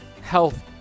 health